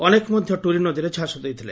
ଅନେକ ମଧ୍ଧ ଟୁରି ନଦୀରେ ଝାସ ଦେଇଥିଲେ